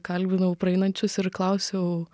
kalbinau praeinančius ir klausiau